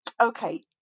okay